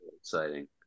Exciting